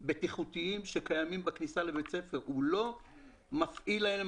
בטיחותיים שקיימים בכניסה לבית הספר הוא לא מפעיל עליהם